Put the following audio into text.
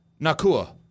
Nakua